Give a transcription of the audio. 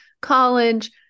college